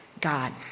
God